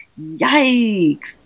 yikes